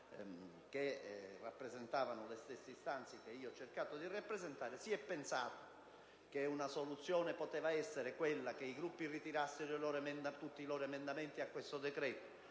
che rappresentavano le stesse istanze che io ho cercato di rappresentare. Si è pensato che una soluzione avrebbe potuto essere quella che i Gruppi ritirassero tutti i rispettivi emendamenti al decreto-legge